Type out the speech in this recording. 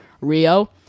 Rio